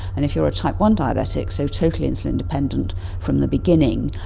and if you are a type one diabetic, so totally insulin-dependent from the beginning,